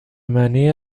معنی